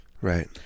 Right